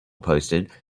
posted